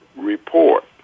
report